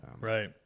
right